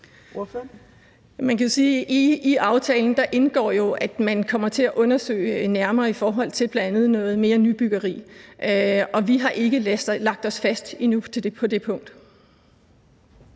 i aftalen jo indgår, at man kommer til at undersøge nærmere i forhold til bl.a. noget mere nybyggeri. Og vi har ikke lagt os fast endnu på det punkt.